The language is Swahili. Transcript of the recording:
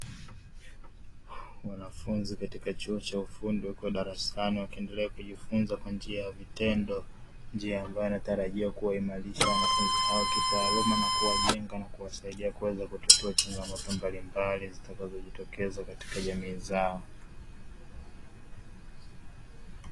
Wanafunzi katika chuo cha ufundi, wakiwa darasani wakiendelea kujifunza kwa njia ya vitendo. Njia ambayo inatarajiwa kuwaimarisha wanafunzi hao kitaaluma na kuwajenga na kuwasaidia kuweza kutatua changamoto mbalimbali zitakazojitokeza katika jamii zao.